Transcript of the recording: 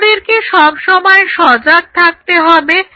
তোমাদেরকে সব সময় সজাগ থাকতে হবে